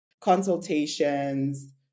consultations